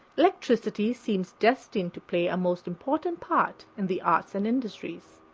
electricity seems destined to play a most important part in the arts and industries.